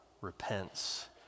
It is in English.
repents